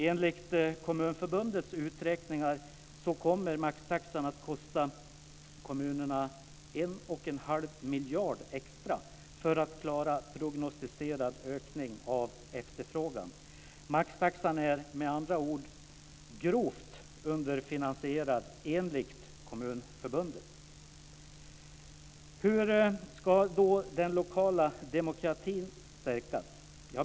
Enligt Kommunförbundets uträkningar kommer maxtaxan att kosta kommunerna en och en halv miljard extra om de ska klara prognostiserad ökning av efterfrågan. Maxtaxan är enligt Kommunförbundet med andra ord grovt underfinaniserad. Hur ska då den lokala demokratin stärkas?